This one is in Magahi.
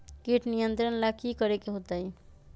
किट नियंत्रण ला कि करे के होतइ?